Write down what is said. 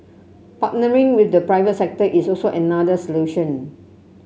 partnering with the private sector is also another solution